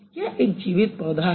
यह एक जीवित पौधा है